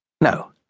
No